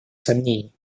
сомнений